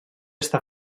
està